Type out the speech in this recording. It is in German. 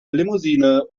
limousine